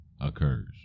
occurs